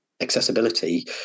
accessibility